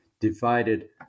divided